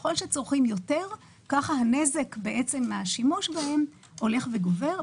ככל שצורכים יותר כך הנזק מהשימוש בהם הולך וגובר,